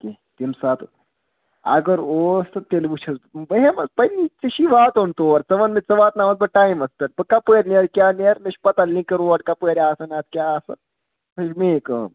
کیٚنٛہہ تمہِ ساتہٕ اگر اوس تہٕ تیٚلہِ وٕچھ حظ بہٕ ہیٚم حظ پَنٕنہِ ژےٚ چھی واتُن تور ژٕ وَنہٕ بہٕ ژےٚ واتناوَس بہٕ ٹایمَس پٮ۪ٹھ بہٕ کَپٲرۍ نیرٕ کیٛاہ نیرٕ مےٚ چھِ پَتہ لِنکہِ روڈ کَپٲرۍ آسَن اَتھ کیٛاہ آسَن سۄ چھِ میٛٲنۍ کٲم